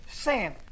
Sam